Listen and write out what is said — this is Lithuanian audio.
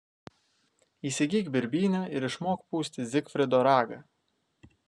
įsigyk birbynę ir išmok pūsti zigfrido ragą